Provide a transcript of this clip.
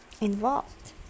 involved